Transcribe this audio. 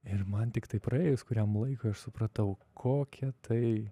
ir man tiktai praėjus kuriam laikui aš supratau kokia tai